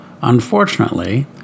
Unfortunately